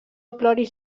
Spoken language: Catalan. ploris